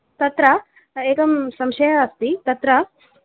तत्र एकः संशयः अस्ति तत्र